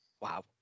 Wow